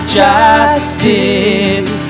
justice